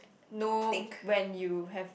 no when you have